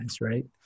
right